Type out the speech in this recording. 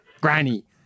Granny